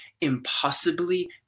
impossibly